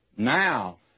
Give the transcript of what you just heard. Now